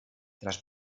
tras